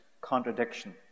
contradiction